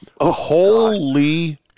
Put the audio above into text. Holy